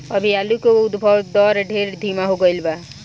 अभी आलू के उद्भव दर ढेर धीमा हो गईल बा